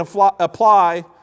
apply